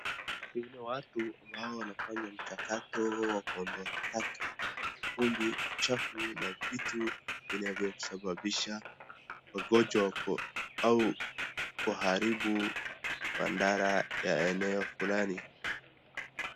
Hii ni watu ambao wanafanya mchakato wa kuondoa taka , vumbi, uchafu na vitu vinavyosababisha magonjwa au kuharibu mandhara ya eneo fulani.